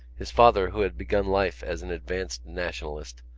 his father, who had begun life as an advanced nationalist,